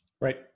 Right